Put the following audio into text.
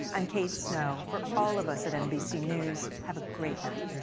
i'm kate snow. for all of us at nbc news, have a great night.